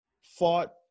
fought